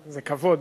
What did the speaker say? זה כבוד,